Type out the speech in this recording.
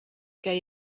ch’ei